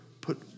put